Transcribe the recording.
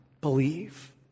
Believe